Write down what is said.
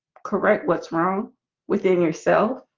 correct. what's wrong within yourself?